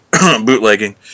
bootlegging